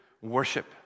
worship